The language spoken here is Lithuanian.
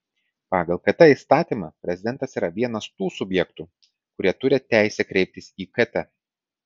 pagal kt įstatymą prezidentas yra vienas tų subjektų kurie turi teisę kreiptis į kt